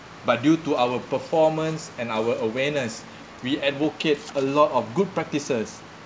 but due to our performance and our awareness we advocate a lot of good practices